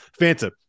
Fanta